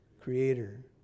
creator